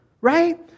right